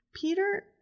Peter